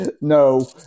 no